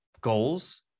goals